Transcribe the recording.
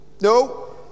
No